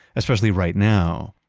especially right now,